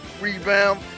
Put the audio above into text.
rebound